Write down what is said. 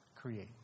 create